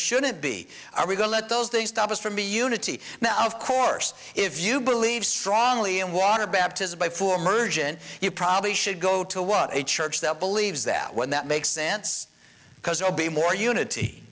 shouldn't be are we go let those they stop us from the unity now of course if you believe strongly in water baptism by for emergency you probably should go to what a church that believes that when that makes sense because you'll be more unity